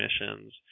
missions